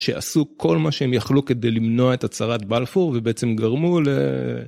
שעשו כל מה שהם יכלו כדי למנוע את הצהרת בלפור ובעצם גרמו ל...